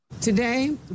Today